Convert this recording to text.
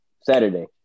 Saturday